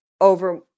over